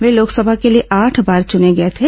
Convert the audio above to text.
वे लोकसभा के लिए आठ बार चुने गये थे